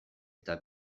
eta